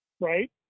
right